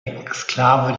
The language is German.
exklave